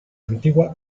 antigua